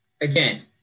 again